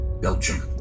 Belgium